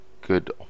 good